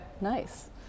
nice